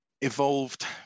evolved